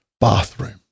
bathroom